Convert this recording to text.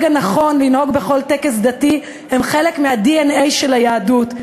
הנכון לנהוג בכל טקס דתי הן חלק מהדנ"א של היהדות,